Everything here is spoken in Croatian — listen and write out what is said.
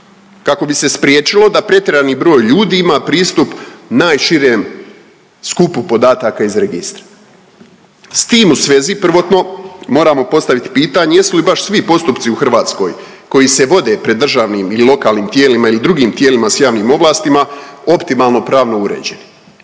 kako bi se spriječilo da pretjerani broj ljudi ima pristup najširem skupu podataka iz registra. S tim u svezi prvotno moramo postaviti pitanje jesu li baš svi postupci u Hrvatskoj koji se vode pred državnim ili lokalnim tijelima ili drugim tijelima s javnim ovlastima optimalno pravno uređeni?